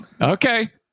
Okay